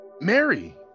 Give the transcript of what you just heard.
Mary